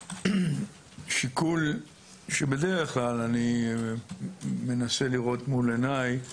שיקול שבדרך כלל אני מנסה לראות מול עיניי